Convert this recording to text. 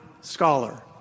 scholar